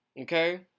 Okay